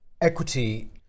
equity